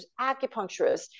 acupuncturists